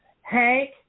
Hank